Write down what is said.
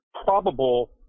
probable